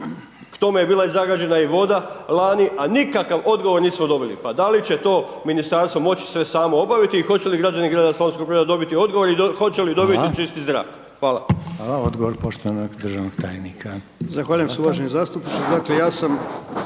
K tome je bila i zagađena i voda lani, a nikakav odgovor nismo dobili, pa da li će to Ministarstvo moći sve samo obaviti i hoće li građani grada Slavonskog Broda dobiti odgovor, i hoće li dobiti čisti zrak? Hvala. **Reiner, Željko (HDZ)** Hvala. Odgovor poštovanog državnog tajnika Horvata. **Horvat, Mile